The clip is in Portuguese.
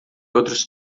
outros